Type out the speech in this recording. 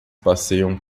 passeiam